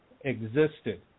existed